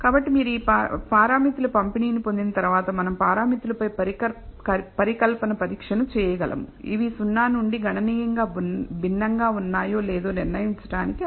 కాబట్టి మీరు పారామితులు పంపిణీని పొందిన తర్వాత మనం పారామితులపై పరికల్పన పరీక్షను చేయగలము ఇవి 0 నుండి గణనీయంగా భిన్నంగా ఉన్నాయో లేదో నిర్ణయించడానికి